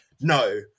no